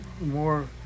more